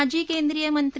माजी केंद्रीय मंत्री